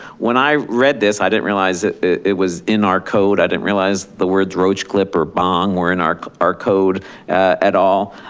when i read this i didn't realize it it was in our code, i didn't realize the words roach clip or bong were in our our code at all.